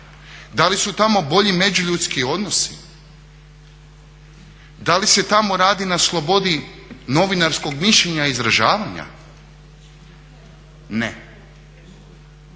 Da li su tamo bolji međuljudski odnosi? Da li se tamo radi na slobodi novinarskog mišljenja i izražavanja? Ne.